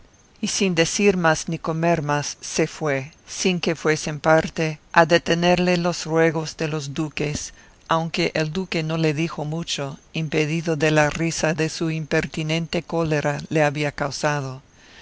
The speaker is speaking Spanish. y sin decir más ni comer más se fue sin que fuesen parte a detenerle los ruegos de los duques aunque el duque no le dijo mucho impedido de la risa que su impertinente cólera le había causado